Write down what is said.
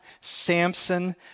Samson